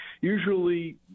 usually